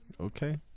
okay